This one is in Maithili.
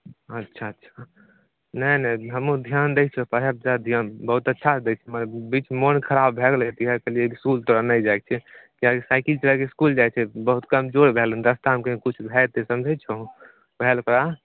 अच्छा अच्छा नहि नहि अभी हमहुँ धिआन दै छियै पढ़ै धिआन बहुत अच्छासँ दै छियै मगर बीचमे मन खराब भए गेलै तऽ इहए कहलिए इसकूल तोरा नहि जाइके छै किएकि साइकिल चलाके इसकूल जाइ छै बहुत कमजोर भए गेलै हन रस्तामे कही किछु भए जेतै समझै छहो ओएह लऽ ओकरा